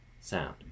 sound